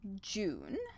June